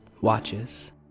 watches